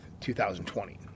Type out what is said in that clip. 2020